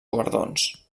guardons